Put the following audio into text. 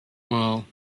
well